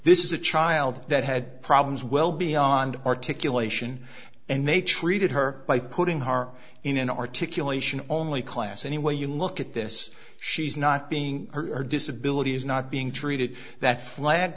this is a child that had problems well beyond articulation and they treated her by putting her in an articulation only class any way you look at this she's not being or disability not being treated that fl